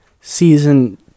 season